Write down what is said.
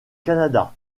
canada